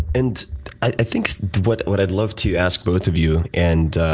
and i think what what i'd love to ask both of you and,